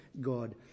God